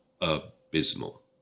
abysmal